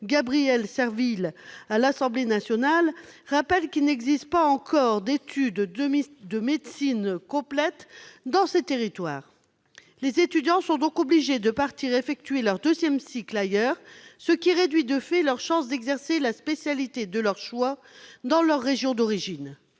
rappelé devant l'Assemblée nationale qu'il n'existait pas encore de cursus d'études de médecine complet dans ces territoires. Les étudiants sont donc obligés de partir effectuer leur deuxième cycle ailleurs, ce qui réduit de fait leurs chances d'exercer la spécialité de leur choix dans leur région d'origine.